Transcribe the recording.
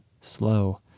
slow